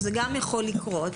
וגם זה יכול לקרות?